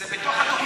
זה בתוך התוכנית.